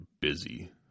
busy